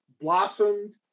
blossomed